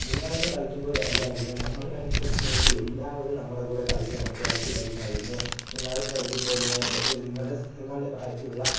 നിങ്ങളൊന്നും കളിക്കുമ്പോലെ അല്ലായിരുന്നു നമ്മൾ കളിക്കുന്ന സമയത്ത് എല്ലാവരും നമ്മളുടെ കൂടെ കളിക്കാനായിട്ട് ആയിട്ട് വരുമായിരുന്നു നിങ്ങളൊക്കെ കളിക്കുമ്പോൾ നിങ്ങളുടെ നിങ്ങളുടെ പ്രായത്തിലുള്ള